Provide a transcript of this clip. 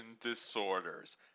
Disorders –